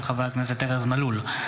של חבר הכנסת ארז מלול,